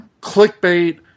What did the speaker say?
Clickbait